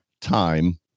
time